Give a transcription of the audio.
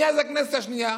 מאז הכנסת השנייה.